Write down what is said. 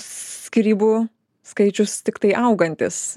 skyrybų skaičius tiktai augantis